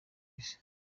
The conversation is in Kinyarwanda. isi